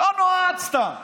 לא נועד סתם.